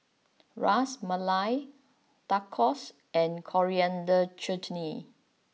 Ras Malai Tacos and Coriander Chutney